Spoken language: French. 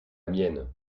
mienne